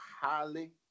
highly